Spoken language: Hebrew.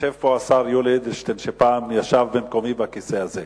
יושב פה השר יולי אדלשטיין שפעם ישב במקומי בכיסא הזה,